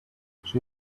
she